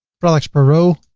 products per row